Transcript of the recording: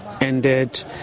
ended